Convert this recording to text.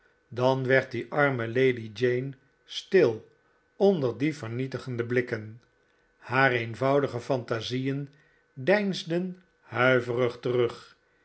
dan werd die arme lady jane stil onder die vernietigende blikken haar eenvoudige fantasieen deinsden huiverig terug